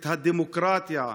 את הדמוקרטיה,